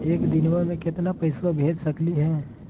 एक दिनवा मे केतना पैसवा भेज सकली हे?